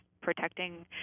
protecting